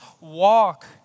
walk